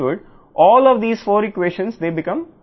ఈ 4 ఈక్వేషన్లన్నీ స్థిరంగా మారతాయి